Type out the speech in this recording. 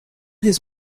his